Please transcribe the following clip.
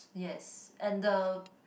yes and the